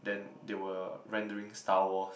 then they were rendering Star Wars